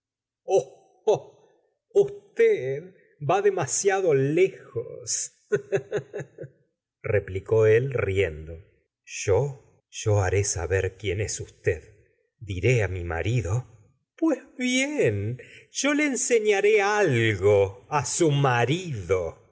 usted va demasiado lejos replicó él riendo yo haré saber quién es usted diré á mi marido pues bien yo le enseñaré algo á su marido